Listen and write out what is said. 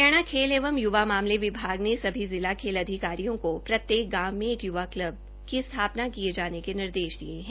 हरियाणा खेल एवं य्वा मामले विभाग ने सभी जिला खेल अधिकारियों को प्रत्येक गांव में एक य्वा क्लब की स्थापना किये जाने के निर्देश दिये हैं